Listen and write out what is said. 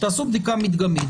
תעשו בדיקה מדגמית.